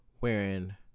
wearing